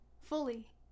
fully